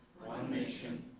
nation,